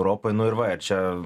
europoj nu ir va čia